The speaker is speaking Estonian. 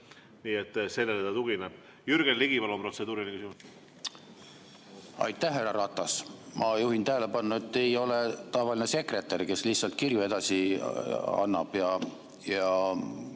Nii et sellele ta tugineb. Jürgen Ligi, palun, protseduuriline